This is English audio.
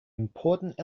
important